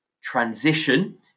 transition